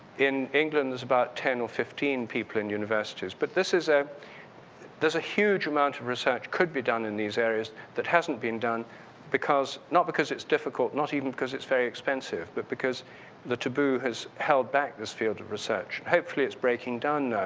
in england, there's about ten or fifteen people in universities. but this is a there's a huge amount of research could be done in these areas that hasn't been done because not because it's difficult, not even because it's very expensive but because the taboo has held back this field of research, hopefully it's breaking down